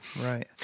Right